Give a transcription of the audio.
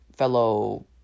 fellow